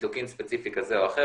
מציטוקין כזה או אחר,